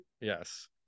Yes